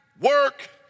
work